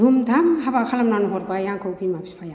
धुम धाम हाबा खालामनानै हरबाय आंखौ बिमा बिफाया